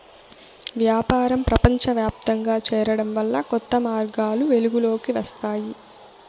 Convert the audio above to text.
వ్యాపారం ప్రపంచవ్యాప్తంగా చేరడం వల్ల కొత్త మార్గాలు వెలుగులోకి వస్తాయి